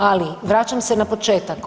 Ali vraćam se na početak.